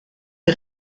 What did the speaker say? est